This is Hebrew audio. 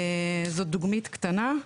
זאת דוגמית קטנה.